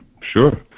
Sure